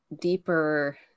deeper